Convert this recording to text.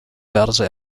verse